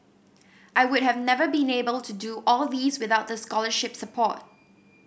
I would have never been able to do all these without the scholarship support